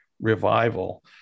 revival